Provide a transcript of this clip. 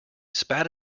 spat